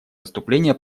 выступление